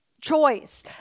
choice